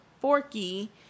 Forky